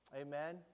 Amen